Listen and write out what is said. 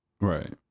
Right